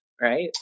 right